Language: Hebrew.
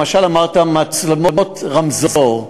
למשל אמרת מצלמות רמזור,